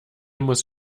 muss